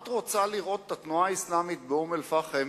את רוצה לראות את התנועה האסלאמית באום-אל-פחם